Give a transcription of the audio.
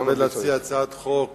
אני מתכבד להציע הצעת חוק